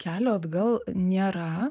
kelio atgal nėra